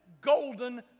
golden